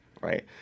right